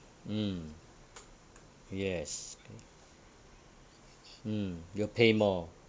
mm yes K mm you'll pay more